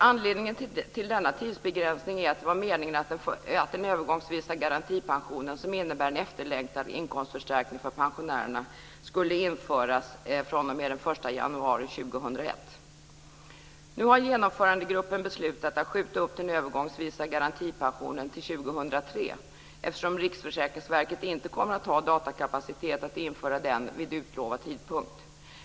Anledningen till denna tidsbegränsning är att det var meningen att den övergångsvisa garantipensionen, som innebär en efterlängtad inkomstförstärkning för pensionärerna, skulle införas fr.o.m. den 1 januari 2001. Nu har Genomförandegruppen beslutat att skjuta upp den övergångsvisa garantipensionen till 2003, eftersom Riksförsäkringsverket inte kommer att ha datakapacitet att införa den vid utlovad tidpunkt.